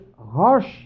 harsh